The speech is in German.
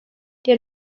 der